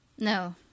No